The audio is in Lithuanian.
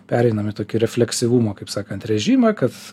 pereinam į tokį refleksyvumo kaip sakant režimą kad